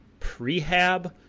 prehab